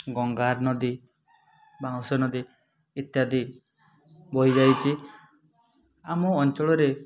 ଗଙ୍ଗାର ନଦୀ ବାଉଁଶ ନଦୀ ଇତ୍ୟାଦି ବୋହି ଯାଇଛି ଆମ ଅଞ୍ଚଳରେ